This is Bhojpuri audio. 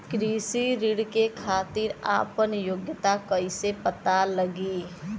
कृषि ऋण के खातिर आपन योग्यता कईसे पता लगी?